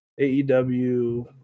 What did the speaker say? AEW